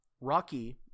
Rocky